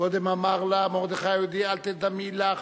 קודם אמר לה מרדכי היהודי: אל תדמי לך,